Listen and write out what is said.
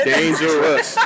dangerous